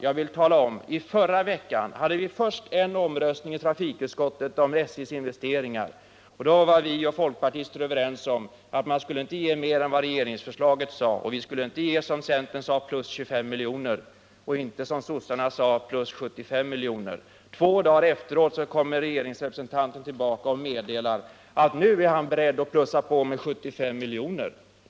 Jag vill tala om att vi i förra veckan i trafikutskottet hade en omröstning om SJ:s investeringar. Då var vi och folkpartiet överens om att vi inte skulle ge större anslag än som föreslogs av regeringen. Centern föreslog ytterligare 25 miljoner, och sossarna ytterligare 75 miljoner. Två dagar efteråt kom regeringsrepresentanten tillbaka och meddelade att han var beredd att plussa på med 75 miljoner.